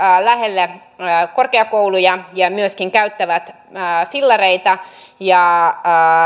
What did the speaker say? lähelle korkeakouluja ja myöskin käyttävät fillareita ja